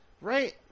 Right